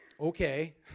okay